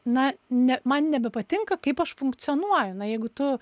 na ne man nebepatinka kaip aš funkcionuoju na jeigu tu